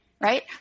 right